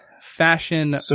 fashion